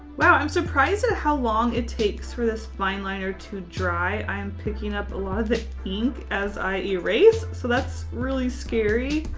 wow, i'm surprised at how long it takes for this line liner to dry. i'm picking up a lot of the ink as i erase. so that's really scary.